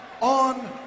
on